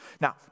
Now